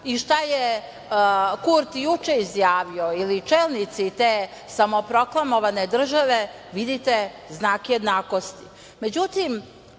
i šta je Kurti juče izjavio ili čelnici te samoproklamovane države, vidite znak jednakosti.Međutim,